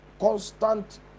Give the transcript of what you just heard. constant